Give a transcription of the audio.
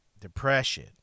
depression